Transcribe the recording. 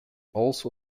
also